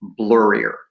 blurrier